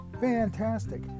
Fantastic